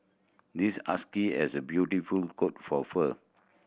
this husky has a beautiful coat for fur